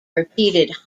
repeated